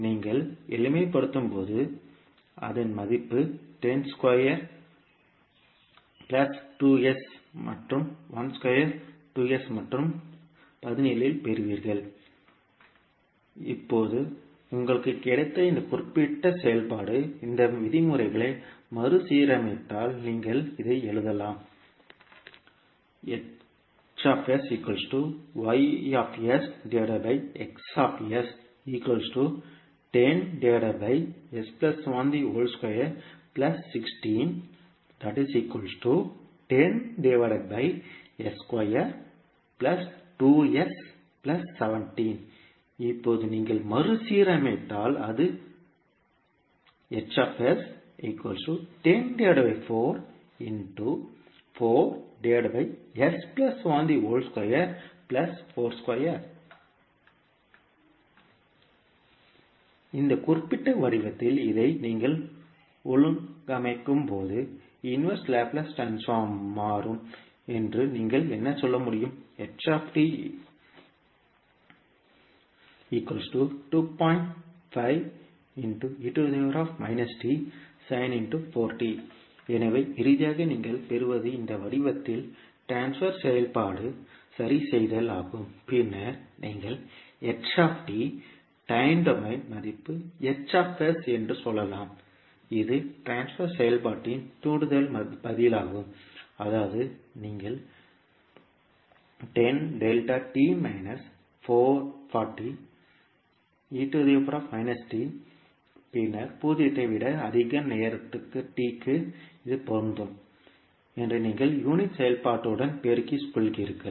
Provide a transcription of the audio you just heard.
நீங்கள் எளிமைப்படுத்தும்போது மதிப்பு 102 பிளஸ் 2S மற்றும் 12 பிளஸ் 2S மற்றும் 17 இல் பெறுவீர்கள் இப்போது உங்களுக்கு கிடைத்த இந்த குறிப்பிட்ட செயல்பாடு இந்த விதிமுறைகளை மறுசீரமைத்தால் நீங்கள் இதை எழுதலாம் இப்போது நீங்கள் மறுசீரமைத்தால் அது ஆகிவிடும் இந்த குறிப்பிட்ட வடிவத்தில் இதை நீங்கள் ஒழுங்கமைக்கும்போது இன்வெர்ஸ்லாப்லேஸ் ட்ரான்ஸ்போர்மாறும் என்று நீங்கள் என்ன சொல்ல முடியும் எனவே இறுதியாக நீங்கள் பெறுவது இந்த வடிவத்தில் ட்ரான்ஸ்பர் செயல்பாடு சரிசெய்தல் ஆகும் பின்னர் நீங்கள் டைம் டொமைன் மதிப்பு என்று சொல்லலாம் இது ட்ரான்ஸ்பர் செயல்பாட்டின் தூண்டுதல் பதிலாகும் அதாவது நீங்கள் 10 delta t minus 40 e to the power minus t 40 பின்னர் பூஜ்ஜியத்தை விட அதிக நேரம் t க்கு இது பொருந்தும் என்று நீங்கள் யூனிட் செயல்பாட்டுடன் பெருக்கிக் கொள்கிறீர்கள்